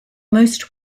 most